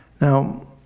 Now